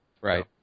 Right